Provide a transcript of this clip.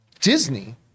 Disney